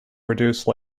reduce